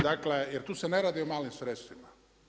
Dakle, jer tu se ne radi o malim sredstvima.